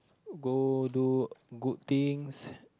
go do good things